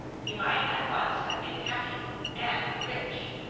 he might at once have been happy and rich.